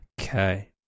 Okay